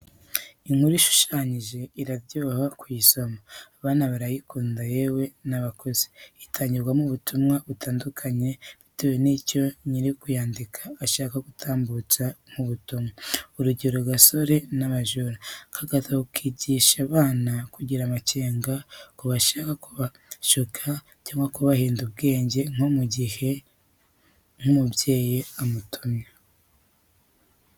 Inkuru ishushanije iraryoha kuyisoma, abana barayikunda yewe n'abakuze. Itangirwamo ubutumwa butandukanye bitewe nicyo nyiri ukuyandika ashaka gutambutsa nk'ubutumwa. Urugero "GASARO N'ABAJURA" aka gatabo kigisha abana kugira amacyenga ku bashaka kubashuka cyangwa kubahenda ubwenge mu gihe nk'umubyeyi amutumye.